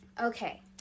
Okay